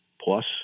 plus